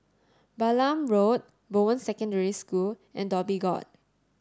Balam Road Bowen Secondary School and Dhoby Ghaut